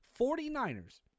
49ers